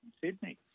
Sydney